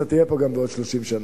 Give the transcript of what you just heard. אז אתה תהיה פה גם בעוד 30 שנה.